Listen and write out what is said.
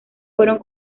fueron